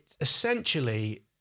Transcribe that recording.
essentially